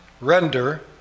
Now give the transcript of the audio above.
Render